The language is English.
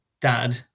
dad